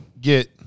get